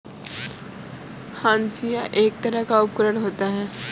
हंसिआ एक तरह का उपकरण होता है